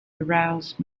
aroused